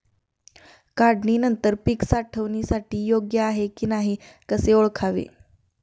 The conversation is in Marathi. काढणी नंतर पीक साठवणीसाठी योग्य आहे की नाही कसे ओळखावे?